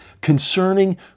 concerning